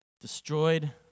destroyed